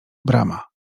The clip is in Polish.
brama